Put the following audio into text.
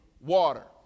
water